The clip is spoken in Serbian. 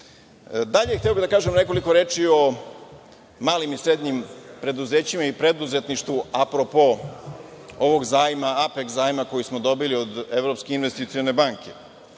hteo bih da kažem nekoliko reči o malim i srednjim preduzećima i preduzetništvu apropo ovog zajma, Apeks zajma koji smo dobili od Evropske investicione banke.